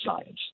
science